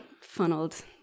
funneled